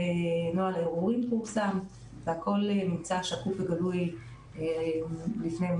ונוהל ערעורים פורסם, והכל שקוף וגלוי לפניהם.